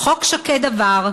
"חוק שקד עבר,